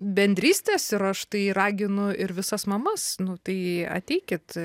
bendrystės ir aš tai raginu ir visas mamas nu tai ateikit